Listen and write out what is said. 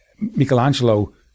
Michelangelo